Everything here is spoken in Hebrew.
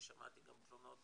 כי שמעתי גם תלונות